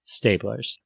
staplers